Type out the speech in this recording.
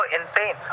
insane